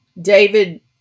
David